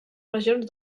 regions